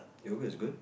yoga is good